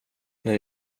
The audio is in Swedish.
när